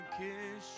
kiss